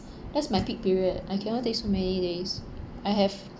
that's my peak period I cannot take so many days I have